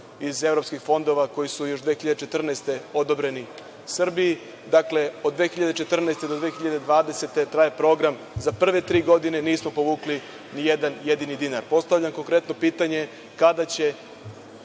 iz evropskih fondova koji su još 2014. godine odobreni Srbiji. Dakle, od 2014. do 2020. godine traje program za prve tri godine. Nismo povukli ni jedan jedini dinar. Postavljam konkretno pitanje - kada će